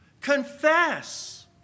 Confess